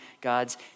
God's